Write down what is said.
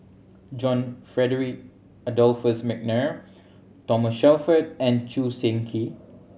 John Frederick Adolphus McNair Thomas Shelford and Choo Seng Quee